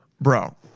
Bro